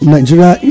Nigeria